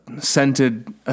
scented